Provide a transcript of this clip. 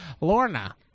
Lorna